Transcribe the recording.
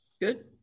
good